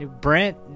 Brent